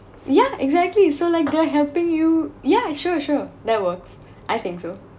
yeah exactly so like they're helping you yeah sure sure that works I think so